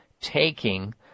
taking